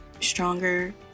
stronger